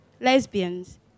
lesbians